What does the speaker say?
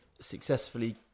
successfully